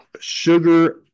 sugar